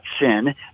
sin